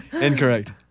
Incorrect